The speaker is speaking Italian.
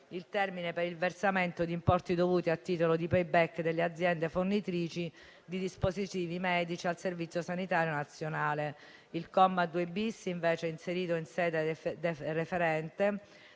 il termine per il versamento di importi dovuti a titolo di *payback* delle aziende fornitrici di dispositivi medici al Servizio sanitario nazionale. Il comma 2-*bis,* inserito in sede referente,